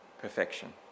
perfection